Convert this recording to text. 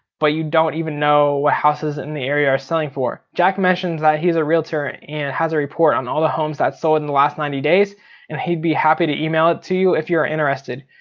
but you don't even know what houses in the area are selling for? for? jack mentions that he's a realtor and has a report on all the homes that sold in the last ninety days and he'd be happy to email it to you if you're interested.